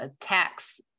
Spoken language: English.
tax